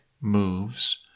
moves